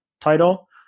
title